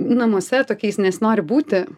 namuose tokiais nesinori būti